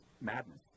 madness